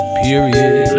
period